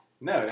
No